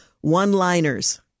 one-liners